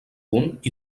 punt